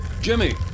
Jimmy